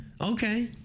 Okay